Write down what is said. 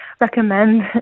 recommend